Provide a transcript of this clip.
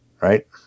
Right